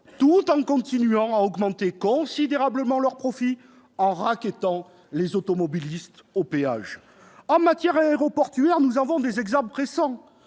tout en continuant à augmenter considérablement leurs profits en rackettant les automobilistes aux péages. En matière aéroportuaire, nous avons des exemples récents.